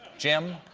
jim?